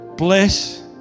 Bless